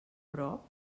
prop